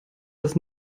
das